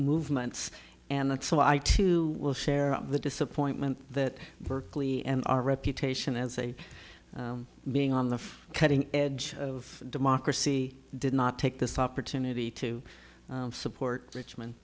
movements and that's why i too will share the disappointment that berkeley and our reputation as a being on the cutting edge of democracy did not take this opportunity to support richmond